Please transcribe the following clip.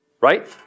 Right